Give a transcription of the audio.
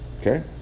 Okay